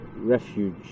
Refuge